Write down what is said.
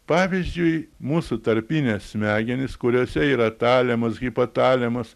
pavyzdžiui mūsų tarpinės smegenys kuriose yra talemas hipotalemas